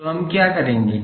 तो हम क्या करेंगे